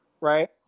right